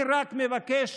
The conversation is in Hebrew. אני רק מבקש